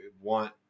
want